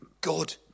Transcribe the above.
good